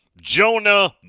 Jonah